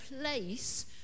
place